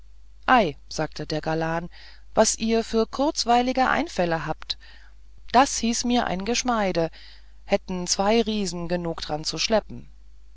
ei sagte der galan was ihr für kurzweilige einfäll habt das hieß mir ein geschmeide hätten zwei riesen genug dran zu schleppen